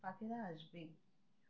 পাখিরা আসবে